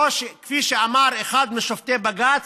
כפי שאמר אחד משופטי בג"ץ: